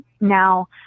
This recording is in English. Now